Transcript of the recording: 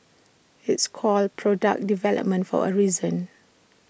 it's called 'product development' for A reason